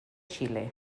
xile